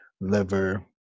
liver